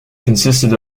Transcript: consisted